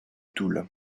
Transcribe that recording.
toul